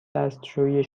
دستشویی